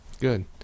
Good